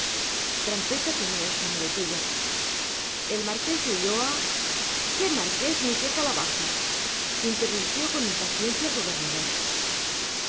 como usted me enseña trampeta tenía esta muletilla el marqués de ulloa qué marqués ni qué calabazas interrumpió con impaciencia el gobernador